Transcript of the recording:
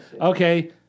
Okay